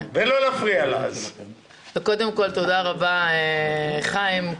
תודה רבה חיים.